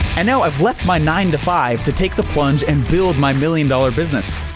and now i've left my nine-to-five to take the plunge and build my million-dollar business.